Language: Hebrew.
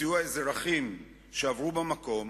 בסיוע האזרחים שעברו במקום,